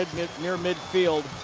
near midfield.